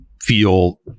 feel